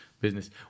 business